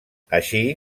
així